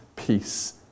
peace